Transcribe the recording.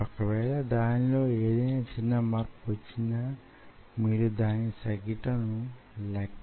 ఒక వేళ దానిలో ఏదైనా చిన్న మార్పు వచ్చినా మీరు దాని సగటును లెక్కించవచ్చు